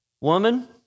Woman